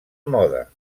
moda